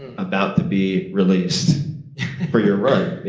and about to be released for your run?